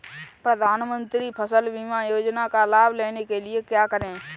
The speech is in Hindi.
प्रधानमंत्री फसल बीमा योजना का लाभ लेने के लिए क्या करें?